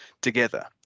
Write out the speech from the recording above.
together